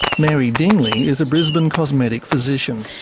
mary dingley is a brisbane cosmetic physician.